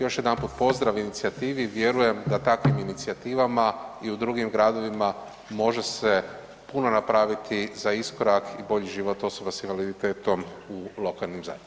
Još jedanput pozdrav inicijativi i vjerujem da takvim inicijativama i u drugim gradovima može se puno napraviti za iskorak i bolji život osoba s invaliditetom u lokalnim zajednicama.